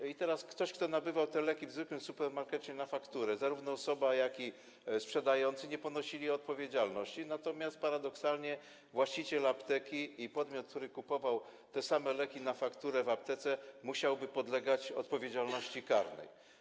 Jeśli ktoś nabywał te leki w zwykłym supermarkecie na fakturę, ta ani osoba kupująca, ani sprzedający nie ponosili odpowiedzialności, natomiast paradoksalnie właściciel apteki i podmiot, który kupował te same leki na fakturę w aptece, musieliby podlegać odpowiedzialności karnej.